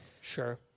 Sure